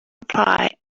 reply